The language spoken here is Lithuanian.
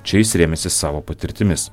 čia jis rėmėsi savo patirtimis